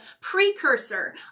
precursor